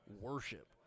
Worship